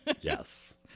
yes